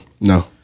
no